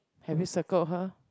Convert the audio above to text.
have you circled her